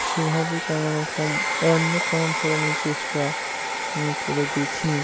সেভাবে কোনোরকম অন্য কোনো ধরনের চেষ্টা আমি করে দেখিনি